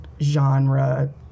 genre